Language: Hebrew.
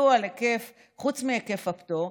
חוץ מהיקף הפטור,